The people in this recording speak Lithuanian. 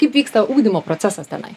kaip vyksta ugdymo procesas tenai